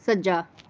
ਸੱਜਾ